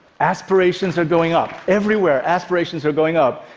aspirations are going up. everywhere aspirations are going up.